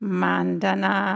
mandana